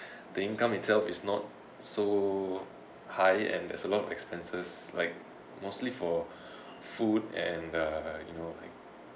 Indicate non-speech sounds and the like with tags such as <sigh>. <breath> the income itself is not so high and there's a lot of expenses like mostly for <breath> food and you know like